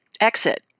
exit